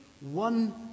One